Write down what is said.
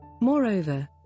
moreover